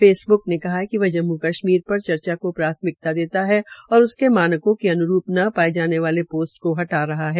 Facebook में कहा है कि वह जम्मू कश्मीर पर चर्चा को प्राथमिकता देता है और उसके मानकों के अन्रूप न पाये जाने वाले पोस्ट को हटा रहा है